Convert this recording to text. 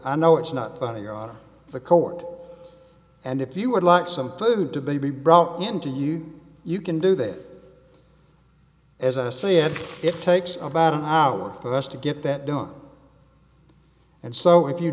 i know it's not funny on the court and if you would like some food to be brought into you you can do that as i see it it takes about an hour for us to get that done and so if you